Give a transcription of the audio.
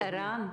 --- ערן,